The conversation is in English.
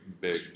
big